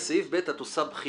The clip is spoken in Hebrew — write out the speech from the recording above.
בסעיף (ב) את עושה בחינה.